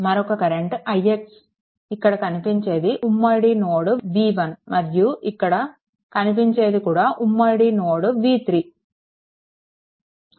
మరొక current ix ఇక్కడ కనిపించేది ఉమ్మడి నోడ్ v1 మరియు ఇక్కడ కనిపించేది కూడాఉమ్మడి నోడ్ v3